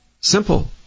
Simple